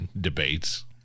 debates